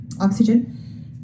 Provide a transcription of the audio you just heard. oxygen